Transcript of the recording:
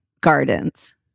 gardens